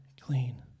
clean